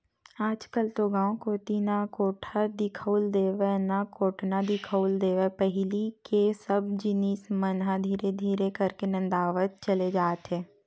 आजकल तो गांव कोती ना तो कोठा दिखउल देवय ना कोटना दिखउल देवय पहिली के सब जिनिस मन ह धीरे धीरे करके नंदावत चले जात हे